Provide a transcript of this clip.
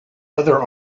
other